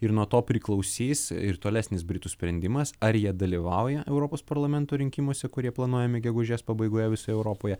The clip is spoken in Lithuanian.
ir nuo to priklausys ir tolesnis britų sprendimas ar jie dalyvauja europos parlamento rinkimuose kurie planuojami gegužės pabaigoje visoje europoje